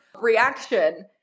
reaction